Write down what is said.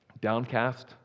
downcast